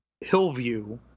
Hillview